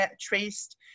traced